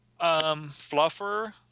Fluffer